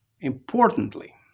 importantly